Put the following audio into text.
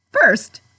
First